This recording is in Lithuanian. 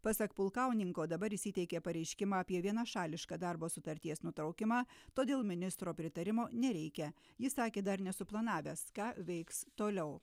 pasak pulkauninko dabar jis įteikė pareiškimą apie vienašališką darbo sutarties nutraukimą todėl ministro pritarimo nereikia jis sakė dar nesuplanavęs ką veiks toliau